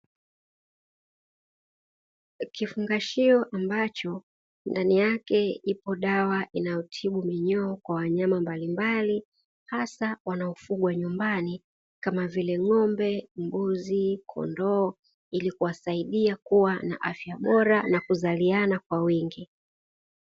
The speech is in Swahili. Kifungashio ambacho ndani yake ipo dawa inayotibu minyoo kwa wanyama mbalimbali hasa wanaofugwa nyumbani kama vile ng'ombe, mbuzi, kondoo ili kuwasaidia kuwa na afya bora na kuwasaidia kuzaliana kwa wingi.